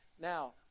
Now